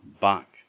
back